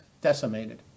decimated